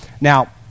Now